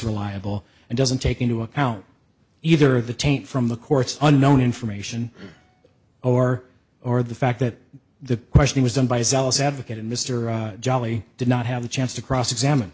reliable and doesn't take into account either the taint from the court's unknown information or or the fact that the questioning was done by zealous advocate and mr jolly did not have a chance to cross examine